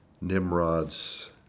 Nimrod's